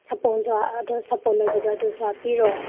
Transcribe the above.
ꯁꯥꯄꯣꯟꯁꯨ ꯑꯗꯨ ꯁꯥꯄꯣꯟ ꯑꯣꯏꯕꯗꯣ ꯑꯗꯨꯁꯨ ꯍꯥꯞꯄꯤꯔꯣ